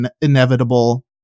inevitable